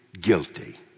guilty